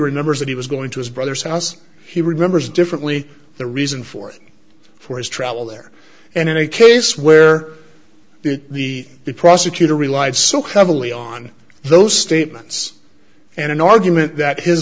remembers that he was going to his brother's house he remembers differently the reason for it for his travel there and in a case where the the prosecutor relied so heavily on those statements and an argument that his